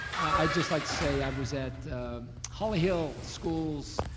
i'd just like to say i was at holly hill schools